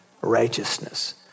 righteousness